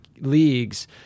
leagues